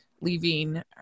leaving